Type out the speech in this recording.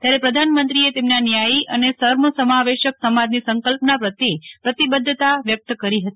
ત્યારે પ્રધાનમંત્રીએ તેમના ન્યાયો અને સર્વસમાવેશક સમાજની કલ્પના પ્રત્યે પ્ર તિબધ્ધતા વ્યકત કરી હતી